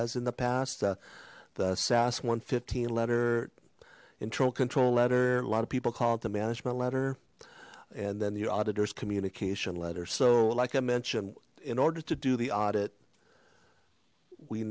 as in the past the sas one fifteen letter internal control letter a lot of people call it the management letter and then your auditors communication letter so like i mentioned in order to do the audit we